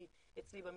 היא אצלי במשרד,